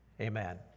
amen